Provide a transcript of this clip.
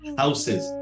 houses